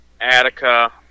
Attica